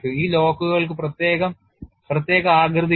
ഈ ലോക്കുകൾക്ക് പ്രത്യേക ആകൃതിയുണ്ട്